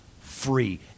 free